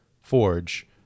forge